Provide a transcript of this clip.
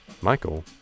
Michael